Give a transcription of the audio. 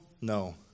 No